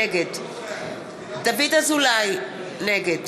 נגד דוד אזולאי, נגד